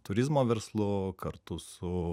turizmo verslu kartu su